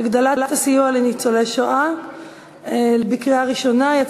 והיא תעבור לוועדת החוץ והביטחון לדיון ולהכנה לקריאה שנייה ושלישית.